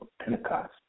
Pentecost